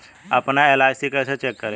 अपना एल.आई.सी कैसे चेक करें?